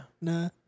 Nah